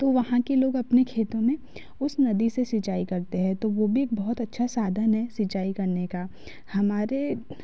तो वहाँ के लोग अपने खेतों में उस नदी से सिंचाई करते हैं तो वो भी एक बहुत अच्छा साधान है सिंचाई करने का हमारे